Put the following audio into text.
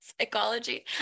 psychology